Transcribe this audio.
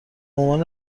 عنوان